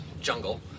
jungle